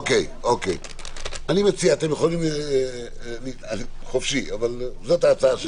אני מציע, אתם יכולים חופשי, אבל זאת ההצעה שלי.